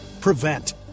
prevent